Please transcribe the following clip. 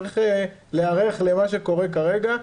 צריך להיערך למה שקורה כרגע.